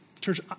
Church